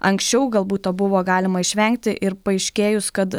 anksčiau galbūt to buvo galima išvengti ir paaiškėjus kad